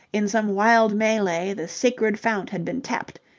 in some wild melee the sacred fount had been tapped,